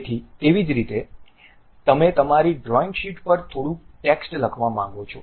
તેવી જ રીતે તમે તમારી ડ્રોઇંગ શીટ પર થોડું ટેક્સ્ટ લખવા માંગો છો